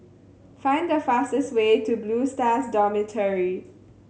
find the fastest way to Blue Stars Dormitory